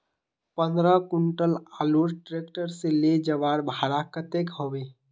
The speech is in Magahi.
पंद्रह कुंटल आलूर ट्रैक्टर से ले जवार भाड़ा कतेक होबे?